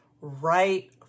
right